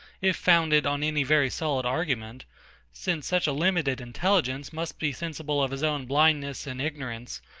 if founded on any very solid argument since such a limited intelligence must be sensible of his own blindness and ignorance,